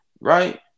right